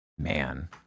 Man